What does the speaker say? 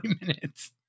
minutes